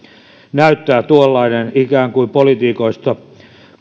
näyttää ikään kuin poliitikoista